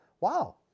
wow